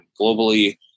globally